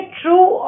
true